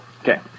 Okay